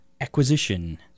acquisition